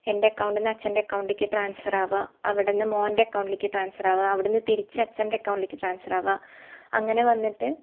എൻ്റെ അക്കൗണ്ടിൽ നിന്ന് അച്ഛൻ്റെ അക്കൗണ്ടിലേക്ക് ട്രാൻസ്ഫർ ആവുക അവിടെ നിന്ന് മോൻ്റെ അക്കൗണ്ടിലേക്ക് ട്രാൻസ്ഫർ ആവുക അവിടെ നിന്ന് തിരിച്ച് അച്ഛൻ്റെ അക്കൗണ്ടിലേക്ക് ട്രാൻസ്ഫർ ആവുക അങ്ങനെ വന്നിട്ട്